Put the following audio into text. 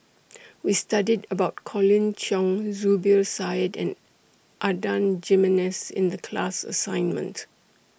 We studied about Colin Cheong Zubir Said and Adan Jimenez in The class assignment